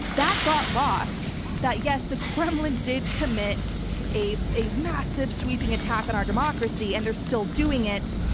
that got lost that yes, the kremlin did commit a a massive sweeping attack on our democracy and they're still doing it.